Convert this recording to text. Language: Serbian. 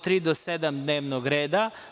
3. do 7. dnevnog reda.